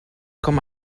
com